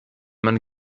man